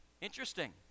interesting